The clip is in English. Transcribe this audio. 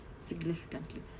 significantly